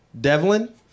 Devlin